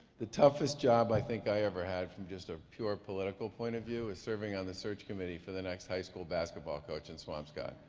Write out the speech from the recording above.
the toughest job i think i ever had from just a pure political point of view was serving on the search committee for the next high school basketball coach in swampscott.